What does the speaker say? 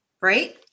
right